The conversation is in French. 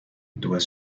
doit